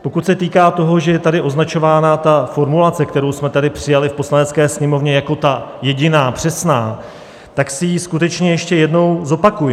Pokud se týká toho, že je tady označována formulace, kterou jsme tady přijali v Poslanecké sněmovně, jako ta jediná přesná, tak si ji skutečně ještě jednou zopakujme.